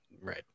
right